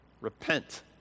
Repent